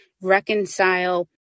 Reconcile